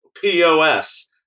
POS